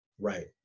Right